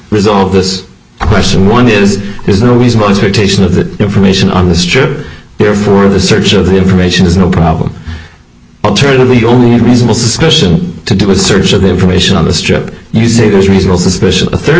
resolve this question one is there's no reason for tyshan of the information on the strip therefore the search of the information is no problem alternatively only a reasonable suspicion to do a search of the information on the strip you say there's reasonable suspicion a third